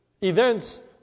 events